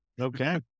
Okay